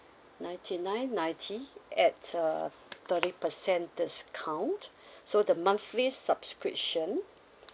ninety nine ninety at a thirty per cent discount so the monthly subscription